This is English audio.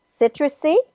citrusy